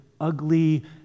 ugly